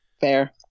Fair